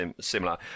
similar